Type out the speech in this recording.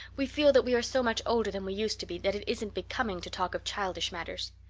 we feel that we are so much older than we used to be that it isn't becoming to talk of childish matters.